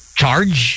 charge